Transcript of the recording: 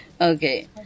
Okay